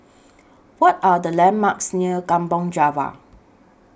What Are The landmarks near Kampong Java